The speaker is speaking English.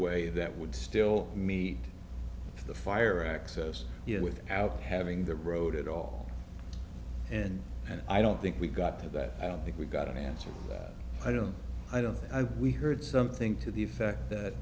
way that would still meet the fire access you know with out having the road at all and and i don't think we've got to that i don't think we've got an answer i don't i don't i think we heard something to the effect that